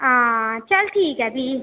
हां चल ठीक ऐ भी